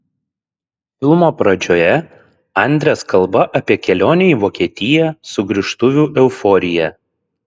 filmo pradžioje andres kalba apie kelionę į vokietiją sugrįžtuvių euforiją